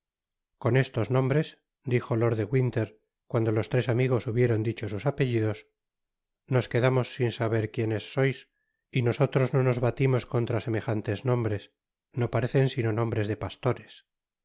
con estos nombres dijo lord de winter cuando los tres amigos hubieron dicho sus apellidos nos quedamos sin saber quienes sois y nosotros no nos batimos contra semejantes nombres no parecen sino nombres de pastores